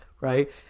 right